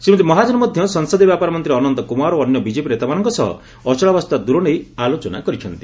ଶ୍ରୀମତୀ ମହାଜନ ମଧ୍ୟ ସଂସଦୀୟ ବ୍ୟାପର ମନ୍ତ୍ରୀ ଅନନ୍ତ କୁମାର ଓ ଅନ୍ୟ ବିଜେପି ନେତାମାନଙ୍କ ସହ ଅଚଳାବସ୍ଥା ଦୂର ନେଇ ଆଲୋଚନା କରିଛନ୍ତି